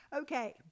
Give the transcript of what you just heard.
Okay